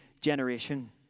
generation